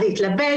להתלבש,